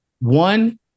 one